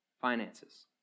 finances